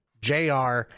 JR